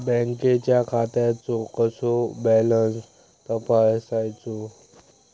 बँकेच्या खात्याचो कसो बॅलन्स तपासायचो?